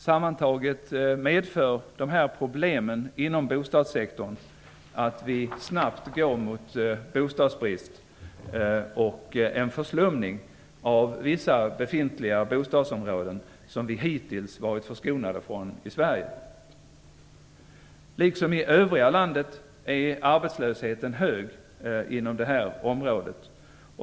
Sammantaget medför dessa problem inom bostadssektorn att vi snabbt går mot bostadsbrist och en förslumning av vissa befintliga bostadsområden som vi hittills varit förskonade ifrån i Sverige. Liksom i övriga landet är arbetslösheten hög inom området.